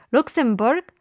Luxembourg